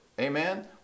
Amen